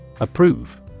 approve